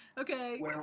Okay